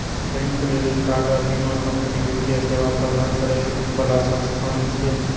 bank, credit card आ बीमा company वित्तीय सेवा प्रदान करै बला संस्थान छियै